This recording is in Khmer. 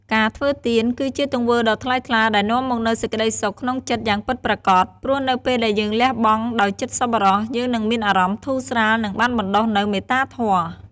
ការធ្វើទាន គឺជាទង្វើដ៏ថ្លៃថ្លាដែលនាំមកនូវសេចក្តីសុខក្នុងចិត្តយ៉ាងពិតប្រាកដ ព្រោះនៅពេលដែលយើងលះបង់ដោយចិត្តសប្បុរស យើងនឹងមានអារម្មណ៍ធូរស្រាល និងបានបណ្ដុះនូវមេត្តាធម៌។